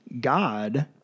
God